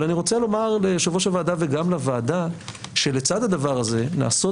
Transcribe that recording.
אבל אני רוצה לומר ליושב-ראש הוועדה ולוועדה שלצד הדבר הזה נעשות